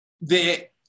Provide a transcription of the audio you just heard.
de